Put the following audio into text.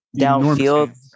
downfield